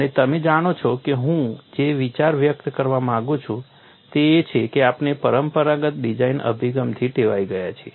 અને તમે જાણો છો કે હું જે વિચાર વ્યક્ત કરવા માગું છું તે એ છે કે આપણે પરંપરાગત ડિઝાઇન અભિગમથી ટેવાઈ ગયા છીએ